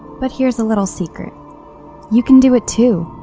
but here's a little secret you can do it too!